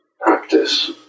practice